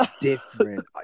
different